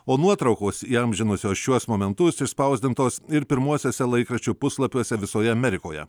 o nuotraukos įamžinusios šiuos momentus išspausdintos ir pirmuosiuose laikraščių puslapiuose visoje amerikoje